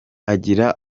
agira